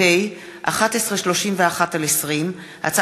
פ/1131/20 וכלה בהצעת חוק פ/1240/20,